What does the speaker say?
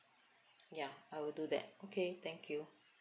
ya I will do that okay thank you